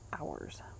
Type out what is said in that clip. hours